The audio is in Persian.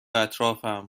اطرافم